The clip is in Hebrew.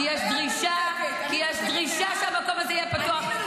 יש דרישה שהמקום הזה יהיה פתוח.